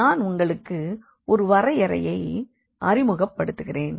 நான் உங்களுக்கு ஒரு வரையறையை அறிமுகப்படுத்துகிறேன்